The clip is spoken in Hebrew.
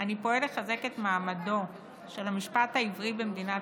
אני פועל לחזק את מעמדו של המשפט העברי במדינת